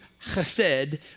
chesed